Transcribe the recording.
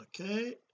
okay